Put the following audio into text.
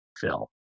Phil